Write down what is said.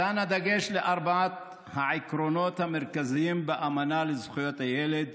שימת הדגש על ארבעת העקרונות המרכזיים באמנה לזכויות הילד,